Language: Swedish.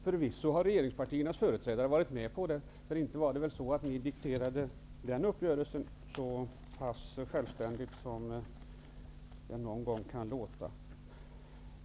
Förvisso har regeringspartiernas företrädare gått med på besparingarna, för inte var det väl så, att ni dikterade den uppgörelsen så självständigt som det ibland kan låta?